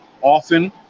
often